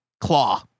Claw